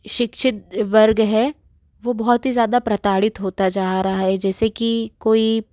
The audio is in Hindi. शिक्षित वर्ग है वो बहुत ही ज़्यादा प्रताड़ित होता जा रहा हे जैसे कि कोई